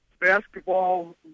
basketball